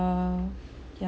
yeah